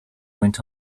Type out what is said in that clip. went